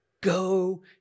go